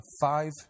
five